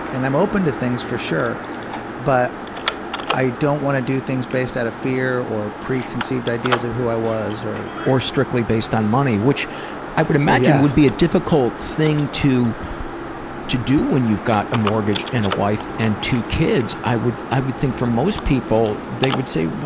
and i'm open to things for sure but i don't want to do things based out of fear or preconceived ideas of who i was. or or strictly based on money, which i would imagine would be a difficult thing to to do when you've got a mortgage and a wife and two kids. i would i would think for most people they would say, well,